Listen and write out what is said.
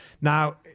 Now